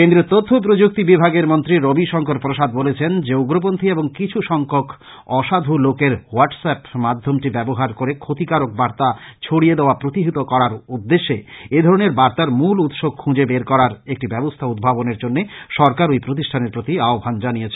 কেন্দ্রীয় তথ্য প্রযুক্তি বিভাগের মন্ত্রী রবি শংকর প্রসাদ বলেছেন যে উগ্রপন্থী এবং কিছু সংখ্যক অসাধু লোকের ওয়াটসঅ্যাপ মাধ্যমটি ব্যবহার করে ক্ষতিকারক বার্ত ছড়িয়ে দেওয়া প্রতিহত করার উদ্দেশ্যে এধরণের বার্তার মূল উৎস খুজে বের করার একটি ব্যবস্থ্যা উদ্ভাবনের জন্য সরকার ওই প্রতিষ্ঠানের প্রতি আহ্বান জানিয়েছে